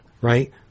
right